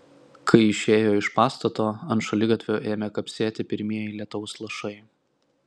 kai išėjo iš pastato ant šaligatvio ėmė kapsėti pirmieji lietaus lašai